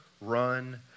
run